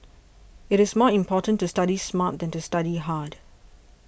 it is more important to study smart than to study hard